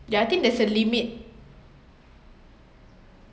yeah I think there's a limit